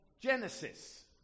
Genesis